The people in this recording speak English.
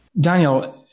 Daniel